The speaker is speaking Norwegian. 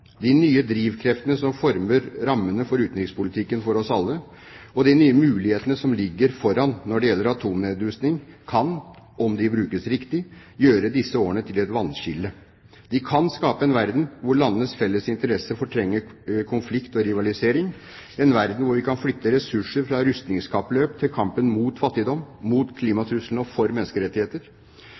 de nye drivkreftene som former rammene for utenrikspolitikken for oss alle, og de nye mulighetene som ligger foran oss når det gjelder atomnedrustning, kan – om de brukes riktig – gjøre disse årene til et vannskille. Vi kan skape en verden hvor landenes felles interesse fortrenger konflikt og rivalisering, en verden hvor vi kan flytte ressurser fra rustningskappløp til kampen mot fattigdom, mot klimatruslene og for menneskerettigheter.